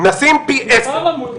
נשים פי עשרה.